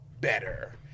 better